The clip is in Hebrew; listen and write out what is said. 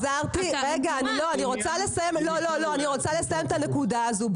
אני רוצה לסיים את הנקודה הזו.